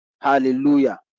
Hallelujah